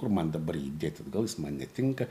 kur man dabar jį dėt atgal jis man netinka